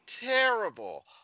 Terrible